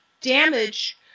damage